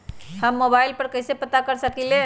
हम मोबाइल पर कईसे पता कर सकींले?